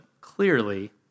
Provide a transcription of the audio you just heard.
clearly